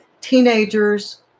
teenagers